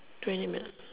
twenty minutes